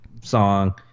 song